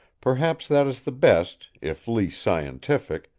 perhaps that is the best, if least scientific,